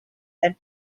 and